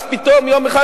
אז פתאום יום אחד,